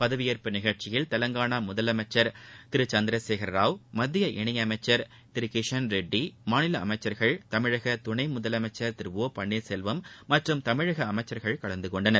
பதவியேற்பு நிகழ்ச்சியில் தெலங்கானா முதலமைச்சர் திரு சந்திரசேகரராவ் மத்திய இணையமைச்சர் திரு கிஷண் ரெட்டி மாநில அமைச்சர்கள் தமிழக துணை முதலமைச்சர் திரு ஒ பன்னீர் செல்வம் மற்றும் தமிழக அமைச்சர்கள் கலந்துகொண்டார்கள்